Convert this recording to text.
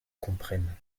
comprenne